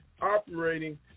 operating